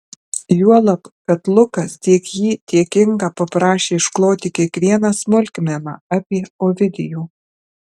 juolab kad lukas tiek jį tiek ingą paprašė iškloti kiekvieną smulkmeną apie ovidijų